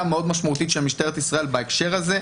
מאוד משמעותית של משטרת ישראל בהקשר הזה.